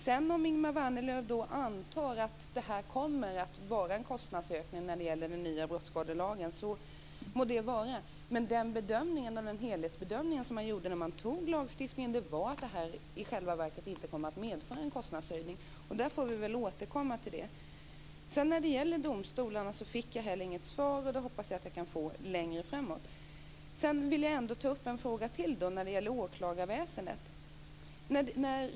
Om sedan Ingemar Vänerlöv antar att det kommer att bli en kostnadsökning med den nya brottsskadelagen må det så vara. Den helhetsbedömning man gjorde när man antog lagstiftningen var dock att detta i själva verket inte skulle komma att medföra någon kostnadshöjning. Vi får väl återkomma till det. När det gäller domstolarna fick jag inget svar. Jag hoppas att jag kan få det längre fram. Sedan vill jag ta upp en fråga till, och den gäller åklagarväsendet.